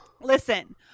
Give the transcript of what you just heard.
Listen